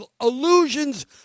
illusions